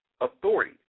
authority